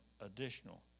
additional